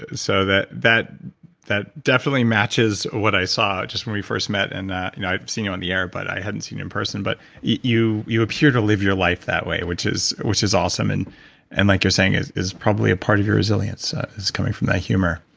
and so that that definitely matches what i saw, just when we first met in that. i've seen you on the air, but i hadn't seen you in person. but you you appear to live your life that way, which is which is awesome. and and like you're saying, is is probably a part of your resilience is coming from that humor